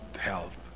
health